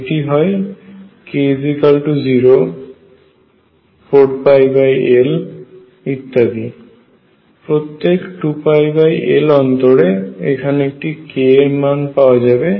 এটি হয় k0 4L ইত্যাদি প্রত্যেক 2L অন্তরে এখানে একটি k এরমান পাওয়া যাবে